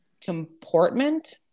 comportment